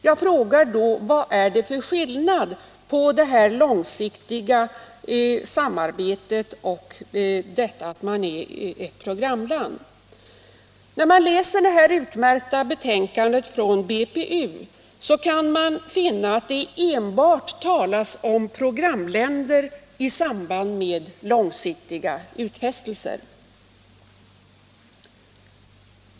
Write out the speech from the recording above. Vad är det då för skillnad på det långsiktiga samarbetet och detta att ett land är programland? När man läser det utmärkta betänkandet från BPU finner man att det enbart talas om programländer i samband med långsiktiga utfästelser.